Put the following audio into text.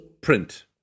print